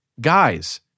Guys